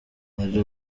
ari